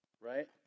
right